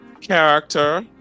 character